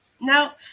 now